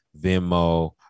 Venmo